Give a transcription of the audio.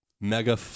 mega